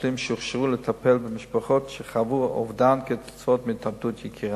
מטפלים שהוכשרו לטפל במשפחות שחוו אובדן כתוצאה מהתאבדות יקירן.